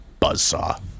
buzzsaw